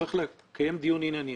צריך לקיים דיון ענייני.